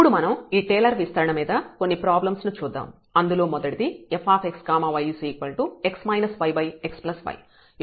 ఇప్పుడు మనం ఈ టేలర్ విస్తరణ మీద కొన్ని ప్రాబ్లమ్స్ ను చూద్దాం అందులో మొదటిది fx y x yxyయొక్క రెండవ తరగతి బహుపది ని అంచనా వేయటం